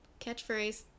catchphrase